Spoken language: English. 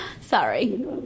Sorry